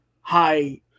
high